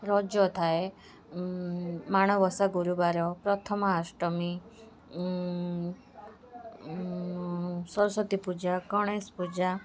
ରଜ ଥାଏ ମାଣବସା ଗୁରୁବାର ପ୍ରଥମା ଅଷ୍ଟମୀ ସରସ୍ଵତୀ ପୂଜା ଗଣେଶ ପୂଜା